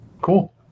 Cool